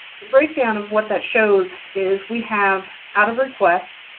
the breakdown of what that shows is we have out of request,